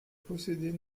possédait